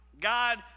God